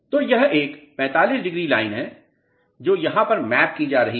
तो यह एक 45 डिग्री लाइन है जो यहाँ पर मैप की जा रही है